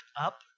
up